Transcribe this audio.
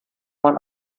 man